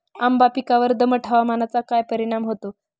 आंबा पिकावर दमट हवामानाचा काय परिणाम होतो?